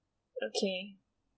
okay